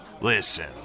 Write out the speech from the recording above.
Listen